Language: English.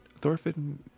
thorfinn